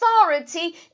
authority